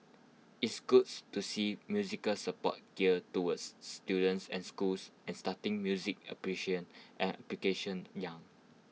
it's goods to see musical support geared towards students and schools and starting music application young